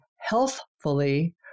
healthfully